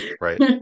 Right